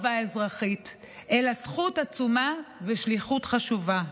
חובה אזרחית אלא זכות עצומה ושליחות חשובה.